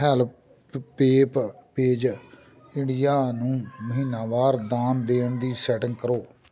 help ਪੇਪ page India ਨੂੰ ਮਹੀਨਾਵਾਰ ਦਾਨ ਦੇਣ ਦੀ ਸੈਟਿੰਗ ਕਰੋ